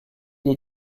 est